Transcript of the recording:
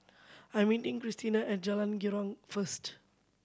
I'm meeting Krystina at Jalan Girang first